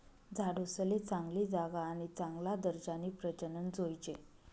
झाडूसले चांगली जागा आणि चांगला दर्जानी प्रजनन जोयजे